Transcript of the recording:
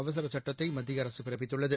அவசரசுட்டத்தைமத்திய அரசுபிறப்பித்துள்ளது